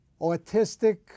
autistic